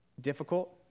difficult